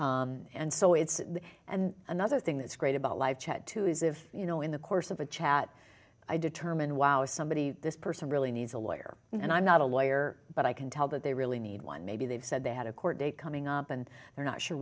safe and so it's and another thing that's great about live chat too is if you know in the course of a chat i determine wow somebody this person really needs a lawyer and i'm not a lawyer but i can tell that they really need one maybe they've said they had a court date coming up and they're not sure